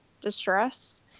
distress